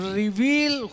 reveal